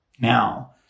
now